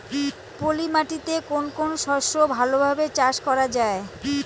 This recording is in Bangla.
পলি মাটিতে কোন কোন শস্য ভালোভাবে চাষ করা য়ায়?